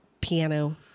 piano